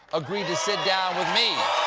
agreed to sit down with me.